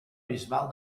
bisbal